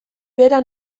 bera